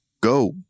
go